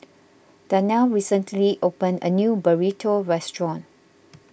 Darnell recently opened a new Burrito restaurant